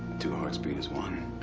two hearts beating as one.